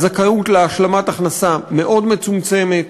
הזכאות להשלמת הכנסה מאוד מצומצמת,